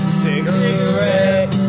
cigarette